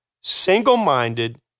single-minded